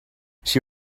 she